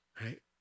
right